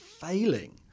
failing